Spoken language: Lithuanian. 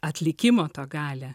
atlikimo tą galią